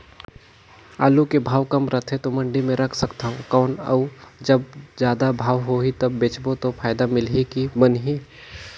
आलू के भाव कम रथे तो मंडी मे रख सकथव कौन अउ जब जादा भाव होही तब बेचबो तो फायदा मिलही की बनही?